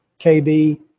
KB